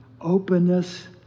openness